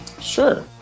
Sure